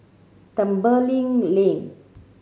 Tembeling Lane